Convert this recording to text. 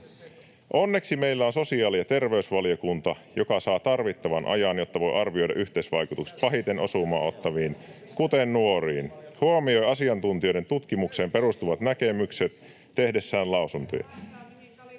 Onneksi meillä on sosiaali- ja terveysvaliokunta, joka saa tarvittavan ajan, jotta voi arvioida yhteisvaikutukset pahiten osumaa ottaviin, kuten nuoriin, ja huomioi asiantuntijoiden tutkimukseen perustuvat näkemykset tehdessään lausuntoja.